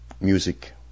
music